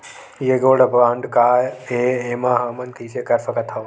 ये gold bond काय ए एमा हमन कइसे कर सकत हव?